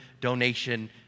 donation